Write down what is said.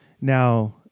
now